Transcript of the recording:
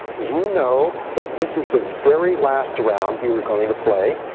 you know that this is the very last round you are going to play.